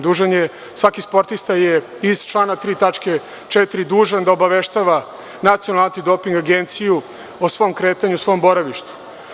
Svaki sportista je dužan, iz člana 3. tačke 4, da obaveštava Nacionalnu antidoping agenciju o svom kretanju, svom boravištu.